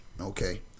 okay